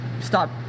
stop